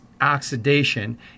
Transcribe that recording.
oxidation